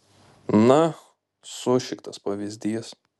na sušiktas pavyzdys